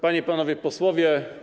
Panie i Panowie Posłowie!